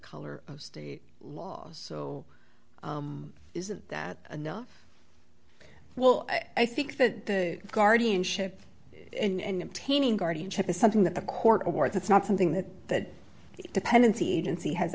color of state law so isn't that enough well i think that the guardianship and obtaining guardianship is something that the court or it's not something that that dependency agency has